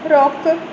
रोक